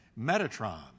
Metatron